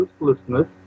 uselessness